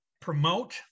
promote